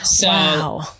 Wow